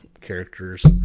characters